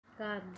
ਘਰ